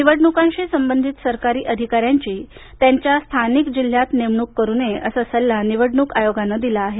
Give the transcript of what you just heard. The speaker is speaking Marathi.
निवडणुकांशी संबधित सरकारी अधिकाऱ्यांची त्यांच्या स्थानिक जिल्ह्यात नेमणूक करू नये असा सल्ला निवडणूक आयोगानं दिला आहे